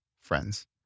friends